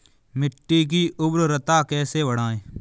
मिट्टी की उर्वरता कैसे बढ़ाएँ?